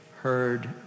heard